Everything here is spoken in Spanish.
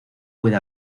puede